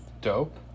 Dope